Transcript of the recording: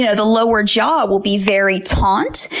you know the lower jaw will be very taut,